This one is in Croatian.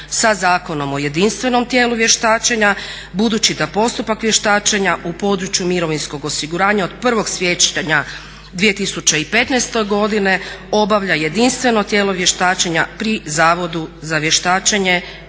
sa Zakonom o jedinstvenom tijelu vještačenja budući da postupak vještačenja u području mirovinskog osiguranja od 1. siječnja 2015. godine obavlja jedinstveno tijelo vještačenja pri Zavodu za vještačenje,